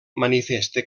manifesta